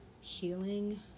healing